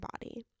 body